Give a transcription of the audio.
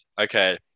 Okay